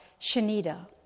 Shanida